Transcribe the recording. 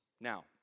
Now